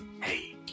hey